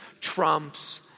trumps